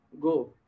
Go